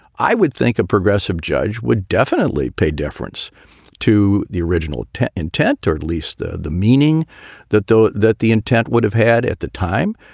i would think a progressive judge would definitely pay deference to the original intent, or at least the the meaning that though that the intent would have had at the time.